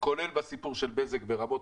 כולל בסיפור של בזק ברמות,